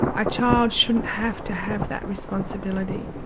a child shouldn't have to have that responsibility.